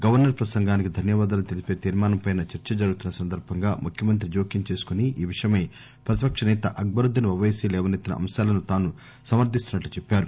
governor ప్రసంగానికి ధన్యవాదాలు తెలిపే తీర్మానం పై చర్చ జరుగుతున్న సందర్భంగా ముఖ్యమంత్రి జోక్యం చేసుకొని ఈ విషయమై ప్రతిపక్ష నేత అక్బరుద్దీన్ ఒపైసీ లేవనెత్తిన అంశాలను తాను సమర్దిస్తున్నట్లు చెప్పారు